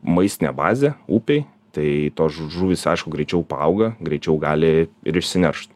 maistinė bazė upėj tai tos žuvys aišku greičiau paauga greičiau gali ir išsineršt